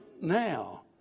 now